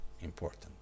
important